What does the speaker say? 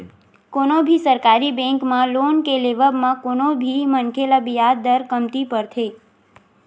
कोनो भी सरकारी बेंक म लोन के लेवब म कोनो भी मनखे ल बियाज दर कमती परथे